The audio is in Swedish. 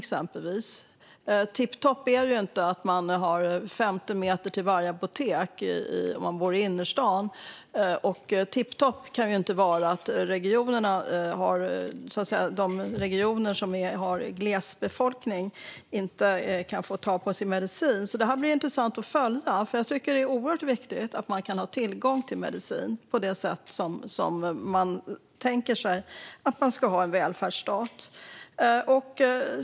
Det är inte tipptopp att det är 50 meter mellan apoteken för dem som bor i innerstan. Det kan inte vara tipptopp att man i glesbefolkade regioner inte kan få tag på sin medicin. Det blir intressant att följa detta. Jag tycker att det är oerhört viktigt att man har tillgång till medicin på det sätt som man ska ha i en välfärdsstat.